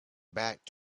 back